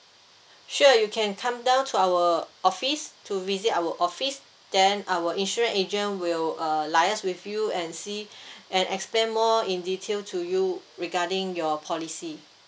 sure you can come down to our office to visit our office then our insurance agent will uh liaise with you and see and explain more in detail to you regarding your policy